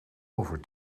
over